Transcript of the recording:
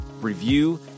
review